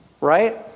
right